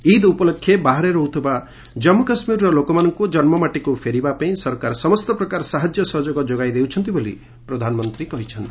ଇଦ୍ ଉପଲକ୍ଷେ ବାହାରେ ରହୁଥିବା ଜନ୍ମୁ କାଶ୍ମୀରର ଲୋକମାନଙ୍କୁ ଜନ୍ମମାଟିକୁ ଫେରିବାପାଇଁ ସରକାର ସମସ୍ତ ପ୍ରକାର ସାହାଯ୍ୟ ସହଯୋଗ ଯୋଗାଇ ଦେଉଛନ୍ତି ବୋଲି ପ୍ରଧାନମନ୍ତ୍ରୀ କହିଛନ୍ତି